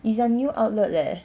it's a new outlet leh